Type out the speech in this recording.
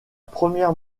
première